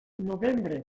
novembre